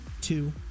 two